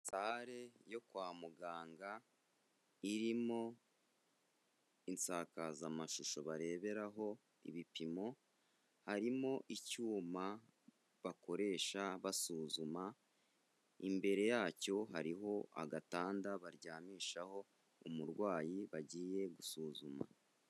Sare yo kwa muganga irimo insakazamashusho bareberaho ibipimo, harimo icyuma bakoresha basuzuma, imbere yacyo hariho agatanda baryamishaho umurwayi bagiye gusuzuma.